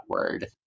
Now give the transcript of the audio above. word